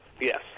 Yes